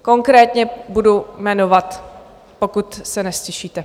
Konkrétně budu jmenovat, pokud se neztišíte.